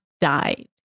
died